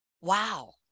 wow